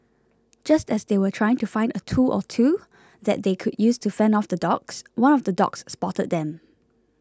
just as they were trying to find a tool or two that they could use to fend off the dogs one of the dogs spotted them